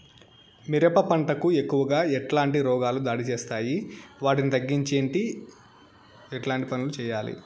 మిరప పంట కు ఎక్కువగా ఎట్లాంటి రోగాలు దాడి చేస్తాయి వాటిని తగ్గించేకి ఎట్లాంటి పనులు చెయ్యాలి?